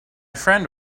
friend